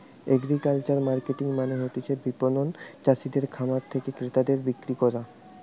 agricultural marketing মানে হতিছে বিপণন চাষিদের খামার থেকে ক্রেতাদের বিক্রি কইরা